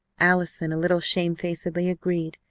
allison, a little shamefacedly, agreed,